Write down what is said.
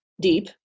deep